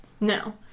No